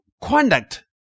conduct